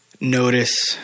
notice